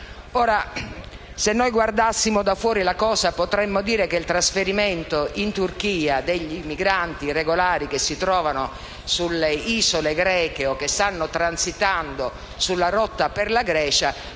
Ora, se noi guardassimo la cosa da fuori, potremmo dire che il trasferimento in Turchia dei migranti regolari che si trovano sulle isole greche o che stanno transitando sulla rotta per la Grecia